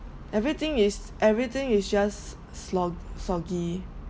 everything is everything is just slog~ soggy